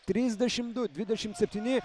trisdešim du dvidešim septyni